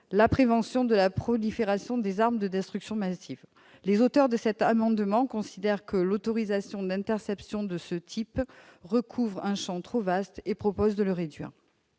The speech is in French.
la prévention de la prolifération des armes de destruction massive. Les auteurs de cet amendement considèrent que l'autorisation d'interceptions de ce type recouvre un champ trop vaste et proposent de le réduire.